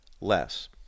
less